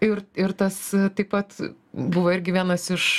ir ir tas taip pat buvo irgi vienas iš